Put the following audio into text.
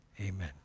amen